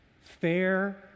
fair